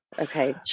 Okay